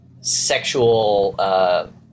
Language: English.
sexual